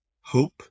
Hope